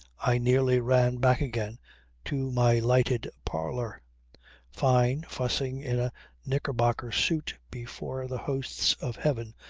i nearly ran back again to my lighted parlour fyne fussing in a knicker-bocker suit before the hosts of heaven,